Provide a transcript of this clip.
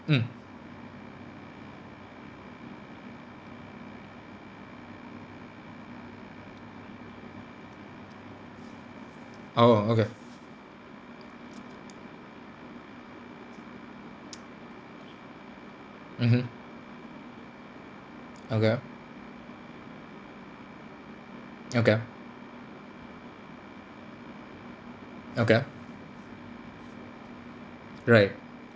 mm oh okay mmhmm okay okay okay right